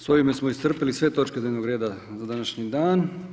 Sa ovime smo iscrpili sve točke dnevnog reda za današnji dan.